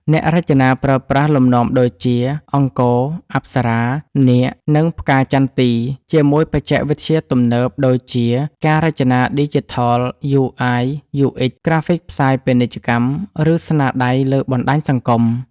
អ្នករចនាប្រើប្រាស់លំនាំដូចជា អង្គរ អប្សរា នាគ និងផ្កាចន្ទី ជាមួយបច្ចេកវិទ្យាទំនើប ដូចជា ការរចនាឌីជីថល UI UX ក្រាហ្វិកផ្សាយពាណិជ្ជកម្ម ឬស្នាដៃលើបណ្តាញសង្គម។